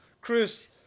Chris